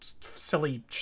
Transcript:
silly